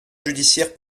judiciaire